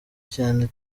cyane